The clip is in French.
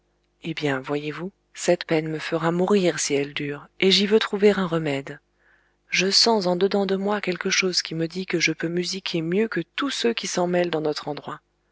eh bien voyez-vous cette peine me fera mourir si elle dure et j'y veux trouver un remède je sens en dedans de moi quelque chose qui me dit que je peux musiquer mieux que tous ceux qui s'en mêlent dans notre endroit